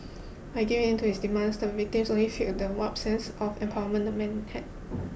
by giving in to his demands the victims only fuelled the warped sense of empowerment the man had